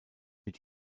mit